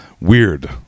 Weird